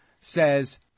says